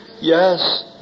yes